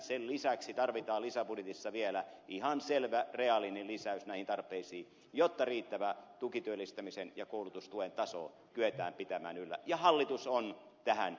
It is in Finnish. sen lisäksi tarvitaan lisäbudjetissa vielä ihan selvä reaalinen lisäys näihin tarpeisiin jotta riittävä tukityöllistämisen ja koulutustuen taso kyetään pitämään yllä ja hallitus on tähän sitoutunut